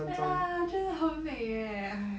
ya 觉得很美 eh !hais!